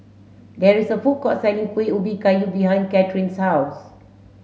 there is a food court selling Kuih Ubi Kayu behind Kathryn's house